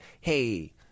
Hey